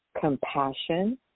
compassion